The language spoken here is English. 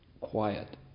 quiet